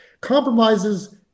Compromises